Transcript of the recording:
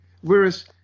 whereas